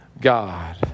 God